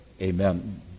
Amen